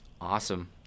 Awesome